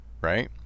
Right